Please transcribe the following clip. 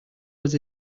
was